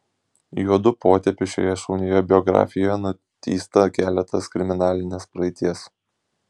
juodu potėpiu šioje šaunioje biografijoje nutįsta keletas kriminalinės praeities